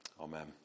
Amen